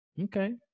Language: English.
Okay